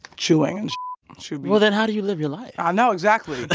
chewing and well, then how do you live your life? i know, exactly.